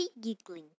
giggling